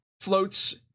floats